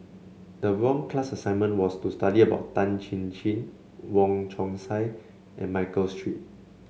the wrong class assignment was to study about Tan Chin Chin Wong Chong Sai and Michael Seet